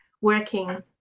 working